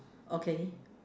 okay